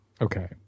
Okay